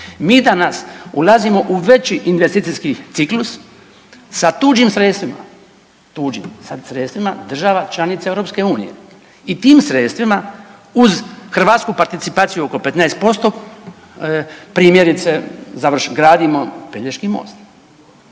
Mi danas ulazimo u veći investicijski ciklus sa tuđim sredstvima, tuđim sad sredstvima država članica EU. I tim sredstvima uz Hrvatsku participaciju oko 15% primjerice gradimo Pelješki most.